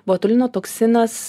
botulino toksinas